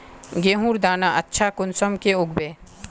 गेहूँर दाना अच्छा कुंसम के उगबे?